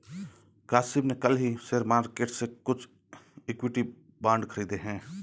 काशिफ़ ने कल ही शेयर मार्केट से कुछ इक्विटी बांड खरीदे है